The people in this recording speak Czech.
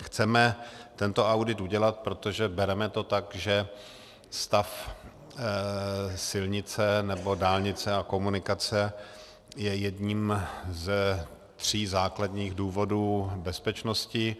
Chceme tento audit udělat, protože to bereme tak, že stav silnice nebo dálnice a komunikace je jedním ze tří základních důvodů bezpečnosti.